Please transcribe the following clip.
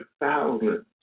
thousands